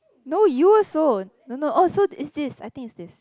no you also no no so oh is this I think is this